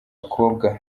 bakobwa